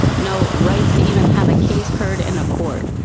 no rights to even have a case heard in a court.